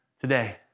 today